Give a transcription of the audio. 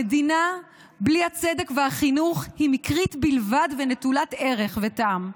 המדינה בלי הצדק והחינוך היא מקרית בלבד ונטולת ערך וטעם.